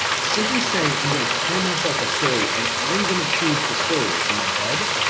simply saying i'm gonna tell myself a story and i'm gonna choose the story that's in my head,